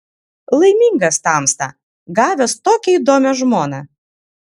laimingas tamsta gavęs tokią įdomią žmoną